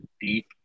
deep